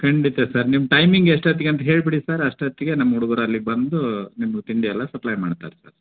ಖಂಡಿತ ಸರ್ ನಿಮ್ಮ ಟೈಮಿಂಗ್ ಎಷ್ಟೊತ್ತಿಗೆ ಅಂತ ಹೇಳಿಬಿಡಿ ಸರ್ ಅಷ್ಟೊತ್ತಿಗೆ ನಮ್ಮ ಹುಡುಗರು ಅಲ್ಲಿ ಬಂದು ನಿಮ್ಗೆ ತಿಂಡಿಯೆಲ್ಲ ಸಪ್ಲೈ ಮಾಡ್ತಾರೆ ಸರ್